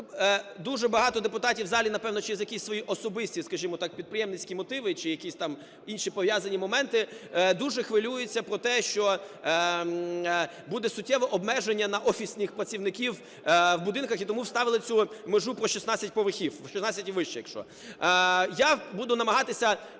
дуже багато депутатів у залі, напевно, через якісь свої особисті, скажімо так, підприємницькі мотиви чи якісь там інші пов'язані моменти дуже хвилюються про те, що буде суттєве обмеження на офісних працівників у будинках, і тому вставили цю межу про 16 поверхів, 16 і вище якщо. Я буду намагатися